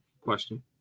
question